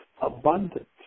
abundant